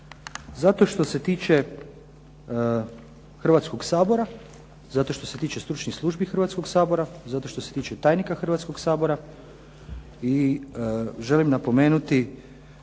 Zato što se tiče Hrvatskog sabora, zato što se tiče stručnih službi Hrvatskog sabora, zato što se tiče tajnika Hrvatskog sabora i želim napomenuti